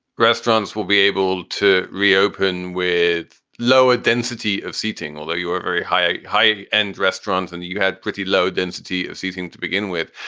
restaurants will be able to reopen with lower density of seating, although you are very high, high end restaurants and you had pretty low density seating to begin with.